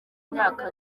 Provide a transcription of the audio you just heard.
myaka